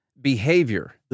behavior